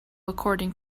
according